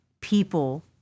people